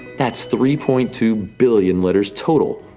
that's three point two billion letters total.